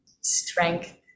strength